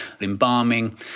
Embalming